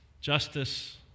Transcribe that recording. justice